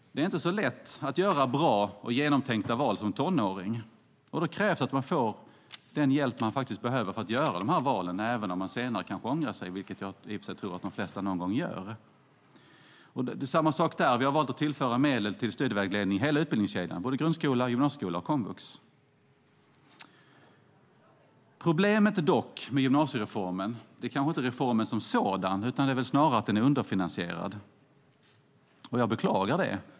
Det är inte så lätt att göra bra och genomtänkta val som tonåring. Då krävs att man får den hjälp man behöver för att göra de valen, även om man senare ångrar sig - vilket jag i och för sig tror att de flesta någon gång gör. Det är samma sak där. Vi har valt att tillföra medel till studievägledning i hela utbildningskedjan, det vill säga grundskola, gymnasieskola och komvux. Problemet med gymnasiereformen är inte gymnasiereformen som sådan utan snarare att den är underfinansierad. Jag beklagar det.